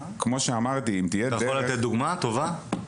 אתה יכול לתת דוגמא טובה?